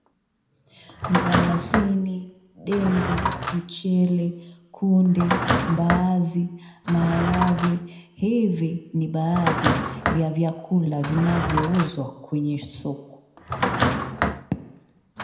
Mdalasini, ndengu, mchele, kunde, mbaazi, maharagwe, hivi ni baadhi vya vyakula vinavyo uzwa kwenye soko.